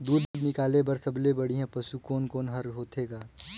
दूध निकाले बर सबले बढ़िया पशु कोन कोन हर होथे ग?